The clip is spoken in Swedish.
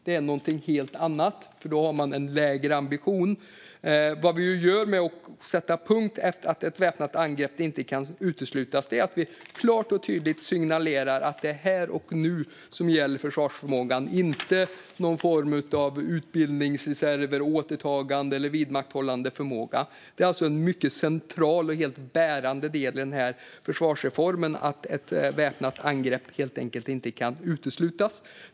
Det är något helt annat, för då har man en lägre ambition. Vad vi gör när vi sätter punkt efter att ett väpnat angrepp inte kan uteslutas är att vi klart och tydligt signalerar att det är här och nu som gäller för försvarsförmågan, inte någon form av utbildningsreserver eller återtagande eller vidmakthållande förmåga. Det är alltså en mycket central och helt bärande del i denna försvarsreform att ett väpnat angrepp helt enkelt inte kan uteslutas.